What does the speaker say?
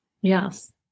Yes